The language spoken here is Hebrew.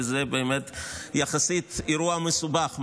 כי זה באמת אירוע יחסית מסובך,